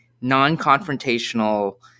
non-confrontational